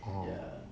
oh